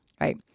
right